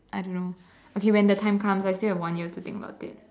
I don't know okay when the time comes I still have one year to think about it